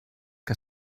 que